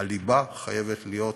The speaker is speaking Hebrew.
הליבה חייבת להיות